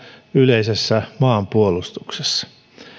yleisessä maanpuolustuksessa